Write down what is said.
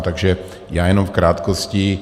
Takže já jenom v krátkosti.